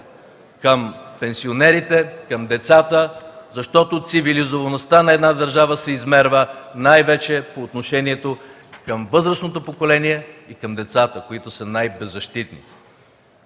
към пенсионерите, към децата, защото цивилизоваността на една държава се измерва най-вече по отношението към възрастното поколение и към децата, които са най-беззащитни.